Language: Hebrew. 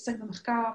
להתעסק במחקר.